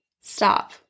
stop